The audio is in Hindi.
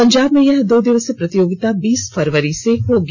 पंजाब में यह दो दिवसीय प्रतियोगिता बीस फरवरी से होगी